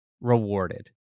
rewarded